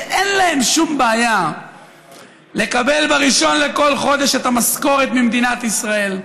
שאין להם שום בעיה לקבל ב-1 בכל חודש את המשכורת ממדינת ישראל,